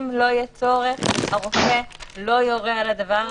אם לא יהיה צורך הרופא לא יורה על הדבר הזה.